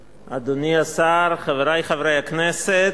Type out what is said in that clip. אדוני היושב-ראש, אדוני השר, חברי חברי הכנסת,